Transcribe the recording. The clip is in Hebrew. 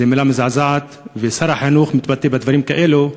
זו מילה מזעזעת, ושר חינוך שמתבטא בדברים כאלה,